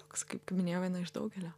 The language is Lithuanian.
toks kaip paminėjau viena iš daugelio